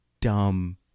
dumb